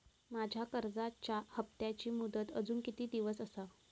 माझ्या कर्जाचा हप्ताची मुदत अजून किती दिवस असा?